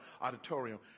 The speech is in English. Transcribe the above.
auditorium